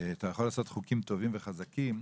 אתה יכול לעשות חוקים טובים וחזקים,